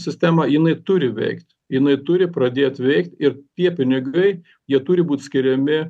sistemą jinai turi veikt jinai turi pradėt veikt ir tie pinigai jie turi būt skiriami